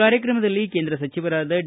ಕಾರ್ಯಕ್ರಮದಲ್ಲಿ ಕೇಂದ್ರ ಸಚಿವರಾದ ಡಿ